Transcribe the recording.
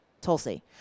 Tulsi